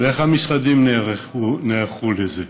ואיך המשרדים נערכו לזה.